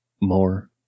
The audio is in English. more